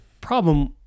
problem